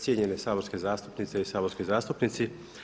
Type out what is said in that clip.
Cijenjene saborske zastupnice i saborski zastupnici.